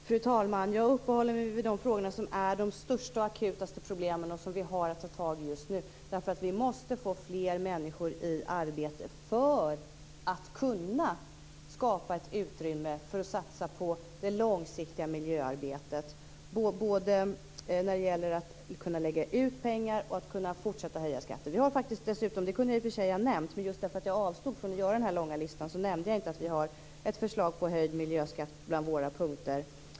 Fru talman! Jag uppehåller mig vid de frågor som handlar om de största och mest akuta problem som vi har att ta tag i just nu. Vi måste nämligen få fler människor i arbete för att kunna skapa ett utrymme för att satsa på det långsiktiga miljöarbetet både när det gäller att kunna lägga ut pengar och att kunna fortsätta höja skatter. Jag nämnde tidigare inte att vi har ett förslag till höjd miljöskatt bland våra punkter.